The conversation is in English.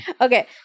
Okay